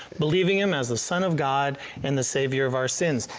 believing him as the son of god and the savior of our sins.